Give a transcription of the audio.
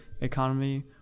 economy